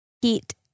heat